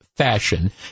fashion